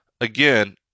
again